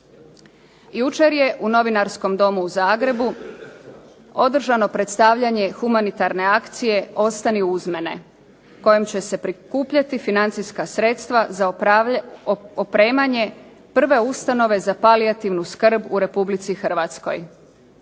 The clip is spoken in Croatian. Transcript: Jučer je u Novinarskom domu u Zagrebu održano predstavljanje humanitarne akcije ostani uz mene kojom će se prikupljati financijska sredstva za opremanje prve ustanove za palijativnu skrb u Republici Hrvatskoj.